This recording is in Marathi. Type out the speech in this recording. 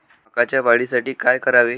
मकाच्या वाढीसाठी काय करावे?